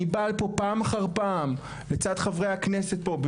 אני בא לפה פעם אחר פעם לצד חבר הכנסת פה,